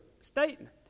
statement